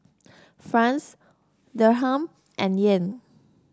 France Dirham and Yen